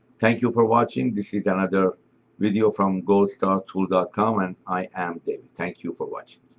thank you for watching. this is another video from goldstartool dot com and i am david. thank you for watching.